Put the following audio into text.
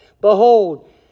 Behold